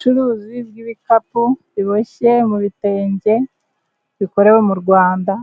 Ubucuruzi bw'ibikapu biboshye mu bitenge, bikorewe mu Rwanda,